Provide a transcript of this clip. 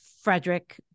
Frederick